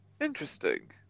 interesting